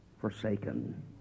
forsaken